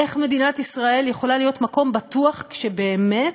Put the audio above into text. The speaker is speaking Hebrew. איך מדינת ישראל יכולה להיות מקום בטוח, כשבאמת